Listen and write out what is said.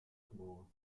geboren